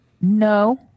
No